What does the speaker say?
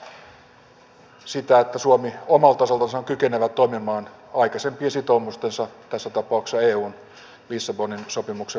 tämä on tärkeä osa sitä että suomi omalta osaltaan on kykenevä toimimaan aikaisempien sitoumustensa tässä tapauksessa eun lissabonin sopimuksen mukaisesti